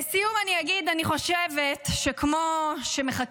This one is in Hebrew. לסיום אני אגיד שאני חושבת שכמו שמחכים